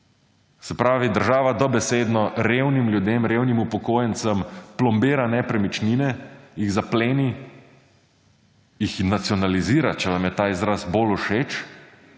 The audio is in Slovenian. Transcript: Se pravi, država dobesedno revnim ljudem, revnim upokojencem, plombira nepremičnine, jih zapleni, jih nacionalizira, če vam je ta izraz bolj všeč,